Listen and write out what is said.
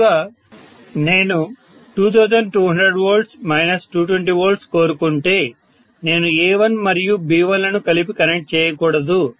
బదులుగా నేను 2200 220 కోరుకుంటే నేను A1 మరియు B1లను కలిపి కనెక్ట్ చేయకూడదు